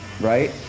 right